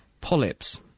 polyps